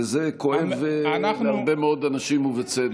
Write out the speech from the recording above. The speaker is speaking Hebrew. וזה כואב להרבה מאוד אנשים, ובצדק.